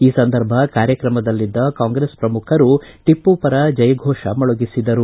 ಈ ಸಂದರ್ಭ ಕಾರ್ಯಕ್ರಮದಲ್ಲಿದ್ದ ಕಾಂಗ್ರೆಸ್ ಪ್ರಮುಖರು ಟಿಪ್ಪು ಪರ ಜೈಫೋಷ ಮೊಳಗಿಸಿದರು